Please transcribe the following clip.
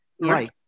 Right